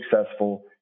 successful